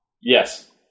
Yes